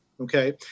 okay